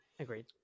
Agreed